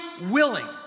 willing